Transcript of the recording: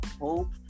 hope